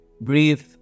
breathe